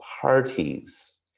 parties